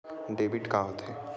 Debit का होथे?